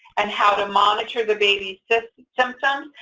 and how to monitor the baby's symptoms,